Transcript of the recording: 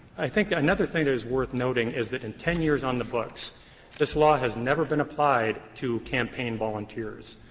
i think another thing that is worth noting is that in ten years on the books this law has never been applied to campaign volunteers.